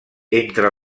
entre